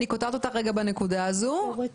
אני קוטעת אותך בנקודה הזאת.